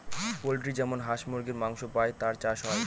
poultry যেমন হাঁস মুরগীর মাংস পাই তার চাষ হয়